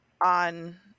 on